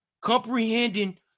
Comprehending